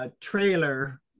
trailer